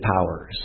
powers